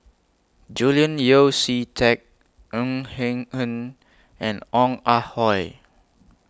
Julian Yeo See Teck Ng Him Hen and Ong Ah Hoi